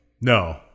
No